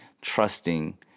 trusting